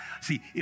see